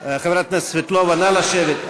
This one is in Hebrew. חברת הכנסת סבטלובה, נא לשבת.